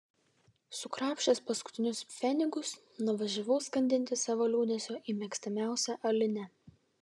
sukrapštęs paskutinius pfenigus nuvažiavau skandinti savo liūdesio į mėgstamiausią alinę